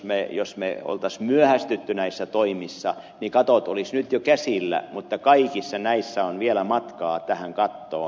eli jos me olisimme myöhästyneet näissä toimissa niin katot olisivat nyt jo käsillä mutta kaikissa näissä on vielä matkaa tähän kattoon